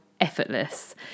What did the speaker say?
effortless